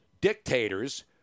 dictators